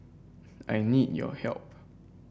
I need your help